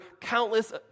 countless